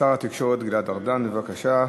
שר התקשורת גלעד ארדן, בבקשה,